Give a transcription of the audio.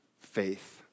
faith